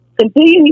Continue